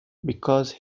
because